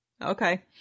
okay